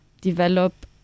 develop